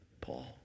Paul